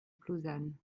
plouzane